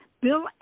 Bill